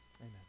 Amen